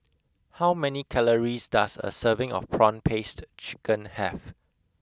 how many calories does a serving of prawn paste chicken have